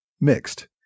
mixed